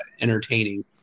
entertaining